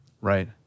Right